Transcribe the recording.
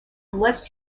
bless